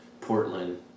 Portland